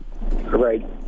Right